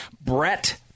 Brett